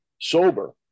sober